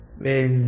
benzene